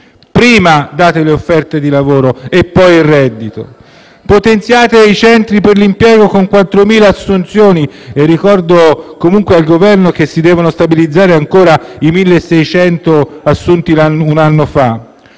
prima date le offerte di lavoro e poi il reddito. Potenziate i centri per l'impiego con 4.000 assunzioni. Ricordo comunque al Governo che si devono ancora stabilizzare i 1.600 assunti un anno fa.